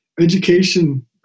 education